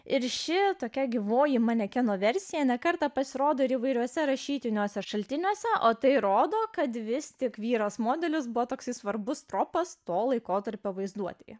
ir ši tokia gyvoji manekeno versija ne kartą pasirodo ir įvairiuose rašytiniuose šaltiniuose o tai rodo kad vis tik vyras modelis buvo toks svarbus tropas to laikotarpio vaizduotė